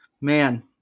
Man